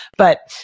but,